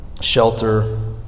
shelter